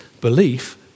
belief